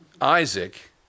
Isaac